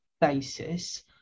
basis